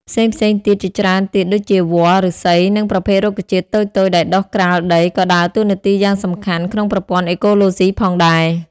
ផ្សេងៗទៀតជាច្រើនទៀតដូចជា វល្លិ៍ ឫស្សី និងប្រភេទរុក្ខជាតិតូចៗដែលដុះក្រាលដី ក៏ដើរតួនាទីយ៉ាងសំខាន់ក្នុងប្រព័ន្ធអេកូឡូស៊ីផងដែរ។